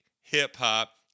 hip-hop